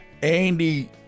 Andy